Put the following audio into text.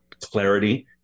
clarity